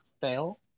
fail